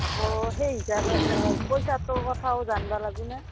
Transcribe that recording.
আকৌ সেই হিচাপে পইচাটোৰ কথাও জানবা লাগবো না